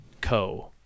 Co